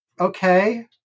okay